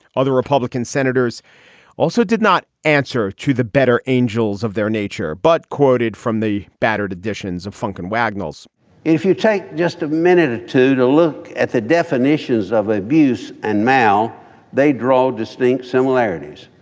other republican senators also did not answer to the better angels of their nature, but quoted from the battered additions of funk and wagners if you take just a minute to to look at the definitions of abuse and now they draw distinct similarities.